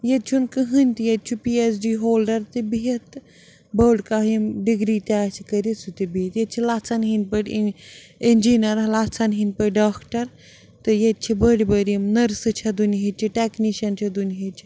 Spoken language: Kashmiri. ییٚتہِ چھُنہٕ کٕہۭنۍ تہِ ییٚتہِ چھُ پی اٮ۪چ ڈی ہولڈَر تہِ بِہِتھ تہٕ بٔڑ کانٛہہ ییٚمہِ ڈِگری تہِ آسہِ کٔرِتھ سُہ تہِ بِہِتھ ییٚتہِ چھِ لَژھَن ہِنٛدۍ پٲٹھۍ اِ اِنجیٖنَر لَژھَن ہِنٛدۍ پٲٹھۍ ڈاکٹر تہٕ ییٚتہِ چھِ بٔرۍ بٔرۍ یِم نٔرسہٕ چھےٚ دُنہِچہِ ٹٮ۪کنِشَن چھےٚ دُنہِچہِ